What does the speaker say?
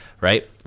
Right